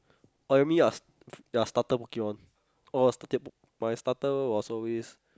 oh you mean your your starter pokemon oh starter my starter was always